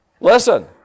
Listen